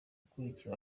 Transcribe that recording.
ukurikiye